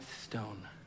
stone